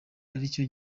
aricyo